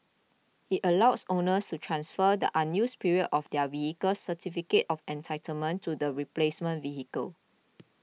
it allows owners to transfer the unused period of their vehicle's certificate of entitlement to the replacement vehicle